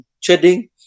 trading